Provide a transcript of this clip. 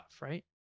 right